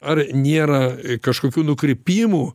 ar nėra kažkokių nukrypimų